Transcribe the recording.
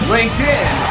LinkedIn